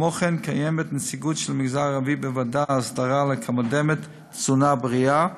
כמו כן קיימת נציגות של המגזר הערבי בוועדת האסדרה המקדמת תזונה בריאה,